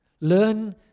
Learn